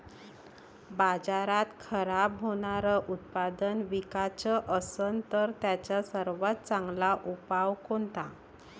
बाजारात खराब होनारं उत्पादन विकाच असन तर त्याचा सर्वात चांगला उपाव कोनता?